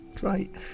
great